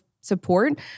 support